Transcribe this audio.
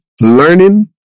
learning